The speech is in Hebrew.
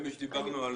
דיברנו על